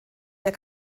der